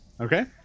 Okay